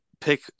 pick